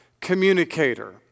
communicator